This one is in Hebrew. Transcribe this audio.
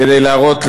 כדי להראות,